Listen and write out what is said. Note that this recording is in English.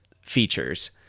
features